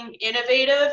innovative